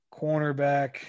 cornerback